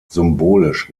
symbolisch